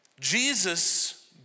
Jesus